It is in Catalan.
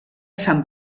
sant